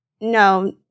no